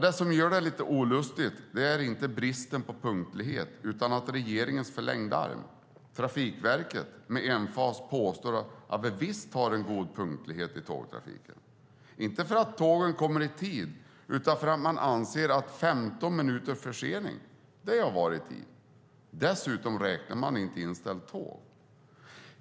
Det som gör det lite olustigt är inte bristen på punktlighet utan att regeringens förlängda arm Trafikverket med emfas påstår att vi visst har en god punktlighet i tågtrafiken - inte för att tågen kommer i tid utan för att man anser att 15 minuters försening är att vara i tid. Dessutom räknar man inte inställda tåg.